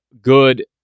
good